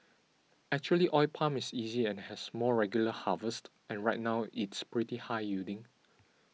actually oil palm is easy and has more regular harvests and right now it's pretty high yielding